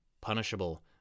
punishable